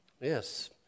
Yes